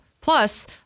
Plus